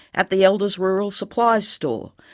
at the elders rural supplies store,